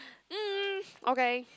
mm okay